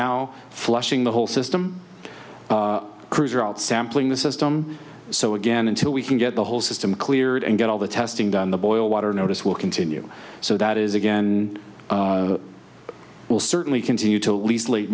now flushing the whole system crews are out sampling the system so again until we can get the whole system cleared and get all the testing done the boil water notice will continue so that is again will certainly continue to lease late